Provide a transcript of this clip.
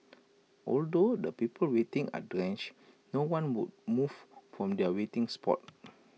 although the people waiting are drenched no one would moved from their waiting spots